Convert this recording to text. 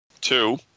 Two